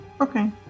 Okay